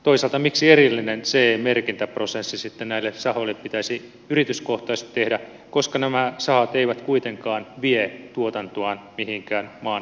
toisaalta miksi erillinen ce merkintäprosessi näille sahoille pitäisi yrityskohtaisesti tehdä koska nämä sahat eivät kuitenkaan vie tuotantoaan mihinkään maan ulkopuolelle